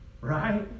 Right